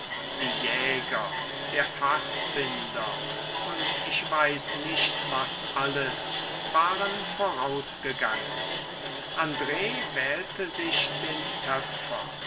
die jäger der faßbinder und ich weiß nicht was alles waren vorausgegangen andr wählte sich den töpfer